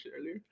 earlier